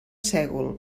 sègol